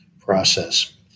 process